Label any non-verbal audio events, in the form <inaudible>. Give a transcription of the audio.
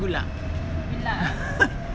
good luck <laughs>